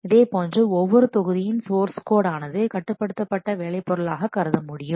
இதேபோன்று ஒவ்வொரு தொகுதியின் சோர்ஸ் கோட் ஆனது கட்டுப்படுத்தப்பட்ட வேலை பொருட்களாக கருதமுடியும்